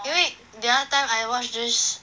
因为 the other time I watch this